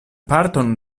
parton